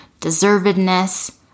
deservedness